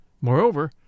Moreover